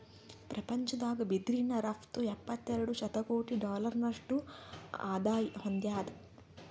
ಪ್ರಪಂಚದಾಗ್ ಬಿದಿರಿನ್ ರಫ್ತು ಎಪ್ಪತ್ತೆರಡು ಶತಕೋಟಿ ಡಾಲರ್ನಷ್ಟು ಆದಾಯ್ ಹೊಂದ್ಯಾದ್